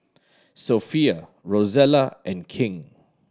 Sophia Rosella and King